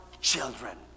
children